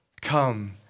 come